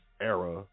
era